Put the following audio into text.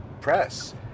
press